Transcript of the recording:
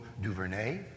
Duvernay